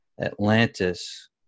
Atlantis